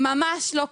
ממש לא ככה.